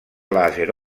làser